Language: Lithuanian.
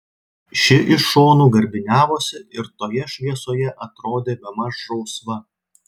ši iš šonų garbiniavosi ir toje šviesoje atrodė bemaž rausva